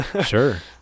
sure